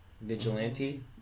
vigilante